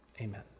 Amen